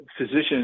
physicians